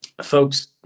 Folks